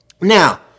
now